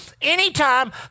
Anytime